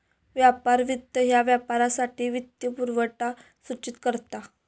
व्यापार वित्त ह्या व्यापारासाठी वित्तपुरवठा सूचित करता